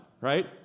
right